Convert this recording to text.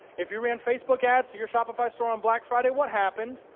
if you ran facebook ads to your shopify store on black friday, what happened?